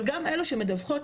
אבל גם אלו מדווחות,